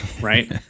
right